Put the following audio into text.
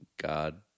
God